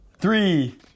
Three